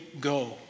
go